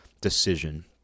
decision